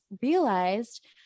realized